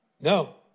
No